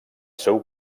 seu